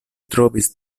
trovis